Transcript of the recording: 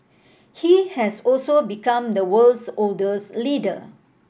he has also become the world's oldest leader